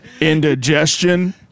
Indigestion